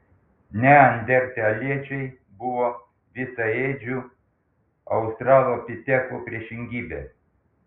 neandertaliečiai buvo visaėdžių australopitekų priešingybė